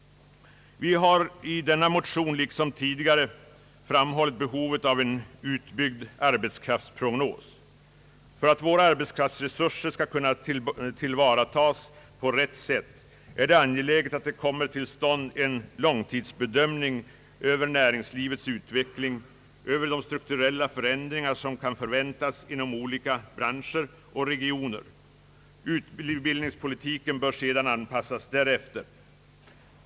Vi har i denna motion liksom tidigare framhållit behovet av en utbyggd arbetskraftsprognos. För att våra arbetskraftsresurser skall kunna tillvaratagas på rätt sätt är det angeläget att en långtidsbedömning av näringslivets utveckling och de strukturella förändringar som kan förväntas inom olika branscher och regioner kommer till stånd. Utbildningspolitiken bör anpassas i anslutning därtill.